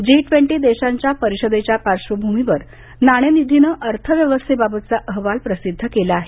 जी twenty देशांच्या परिषदेच्या पार्श्वभूमीवर नाणेनिधीनं अर्थव्यवस्थेबाबतचा अहवाल प्रसिद्ध केला आहे